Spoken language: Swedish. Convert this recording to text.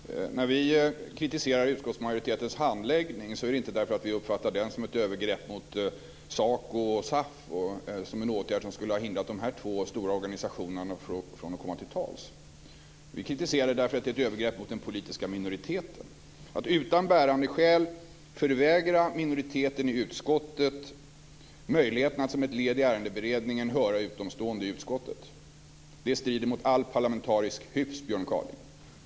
Fru talman! När vi kritiserar utskottsmajoritetens handläggning är det inte därför att vi uppfattar den som ett övergrepp mot SACO och SAF och som en åtgärd som skulle ha hindrat dessa två stora organisationer från att komma till tals. Vi kritiserar den därför att den är ett övergrepp mot den politiska minoriteten. Att utan bärande skäl förvägra minoriteten i utskottet möjligheten att som ett led i ärendeberedningen i utskottet höra utomstående strider mot all parlamentarisk hyfs, Björn Kaaling.